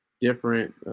different